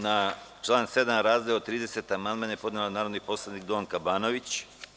Na član 7. razdeo 30 amandman je podnela narodni poslanik Donka Banović.